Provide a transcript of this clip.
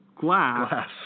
glass